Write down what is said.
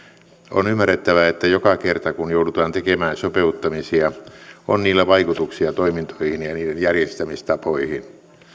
on ymmärrettävää että joka kerta kun joudutaan tekemään sopeuttamisia on niillä vaikutuksia toimintoihin ja niiden järjestämistapoihin